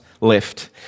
left